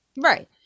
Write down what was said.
Right